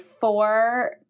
four